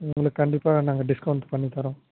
உங்களுக்கு கண்டிப்பாக நாங்கள் டிஸ்கவுண்ட் பண்ணி தர்றோம்